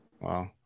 Wow